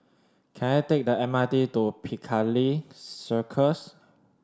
can I take the M R T to Piccadilly Circus